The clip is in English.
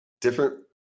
different